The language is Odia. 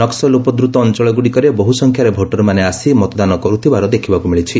ନକ୍କଲ ଉପଦ୍ରତ ଅଞ୍ଚଳଗୁଡ଼ିକରେ ବହୁସଂଖ୍ୟାରେ ଭୋଟରମାନେ ଆସି ମତଦାନ କରୁଥିବାର ଦେଖିବାକୁ ମିଳିଛି